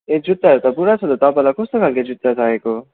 ए जुत्ताहरू त पुरा छ त तपाईँलाई कस्तो खाल्के जुत्ता चाहिएको